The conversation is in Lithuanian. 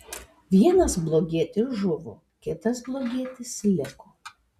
vienas blogietis žuvo kitas blogietis liko